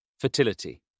Fertility